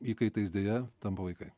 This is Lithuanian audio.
įkaitais deja tampa vaikai